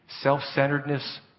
self-centeredness